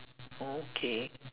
okay